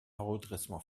redressement